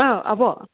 ओ आब'